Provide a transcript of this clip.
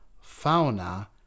fauna